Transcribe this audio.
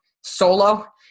solo